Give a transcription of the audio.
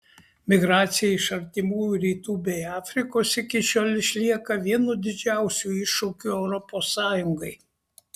migracija iš artimųjų rytų bei afrikos iki šiol išlieka vienu didžiausių iššūkių europos sąjungai